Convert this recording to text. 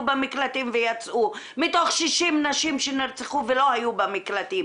במקלטים ויצאו מתוך 60 נשים שנרצחו ולא היו במקלטים,